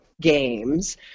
games